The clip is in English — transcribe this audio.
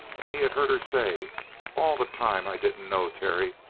and he had heard her say all the time i didn't know, terry.